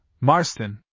Marston